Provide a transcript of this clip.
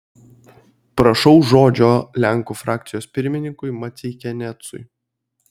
prašau žodžio lenkų frakcijos pirmininkui maceikianecui